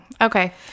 okay